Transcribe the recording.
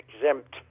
exempt